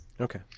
Okay